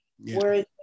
Whereas